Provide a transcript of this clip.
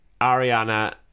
Ariana